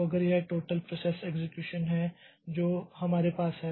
तो अगर यह टोटल प्रोसेस एक्सेक्यूशन है जो हमारे पास है